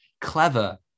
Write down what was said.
clever